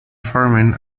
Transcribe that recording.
farming